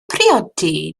priodi